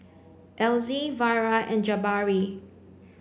Elzie Vara and Jabari